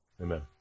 Amen